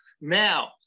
Now